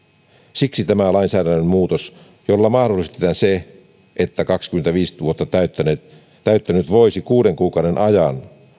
siksi tämä lainsäädännön muutos jolla mahdollistetaan se että kaksikymmentäviisi vuotta täyttänyt täyttänyt voisi kuuden kuukauden ajan